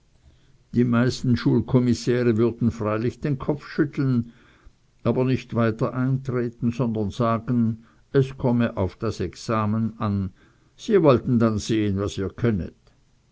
die meisten schulkommissäre würden freilich den kopf schütteln aber nicht weiter eintreten sondern sagen es komme auf das examen an sie wollten dann sehen was ihr könnet